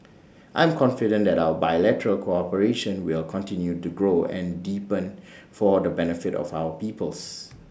I am confident that our bilateral cooperation will continue to grow and deepen for the benefit of our peoples